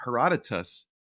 Herodotus